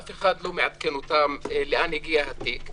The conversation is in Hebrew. אף אחד לא מעדכן אותם לאן הגיע התיק,